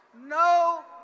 No